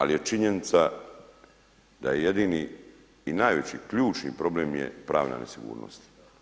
Ali je činjenica da je jedini i najveći, ključni problem je pravna nesigurnost.